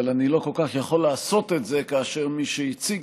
אבל אני לא כל כך יכול לעשות את זה כאשר מי שהציג